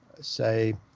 say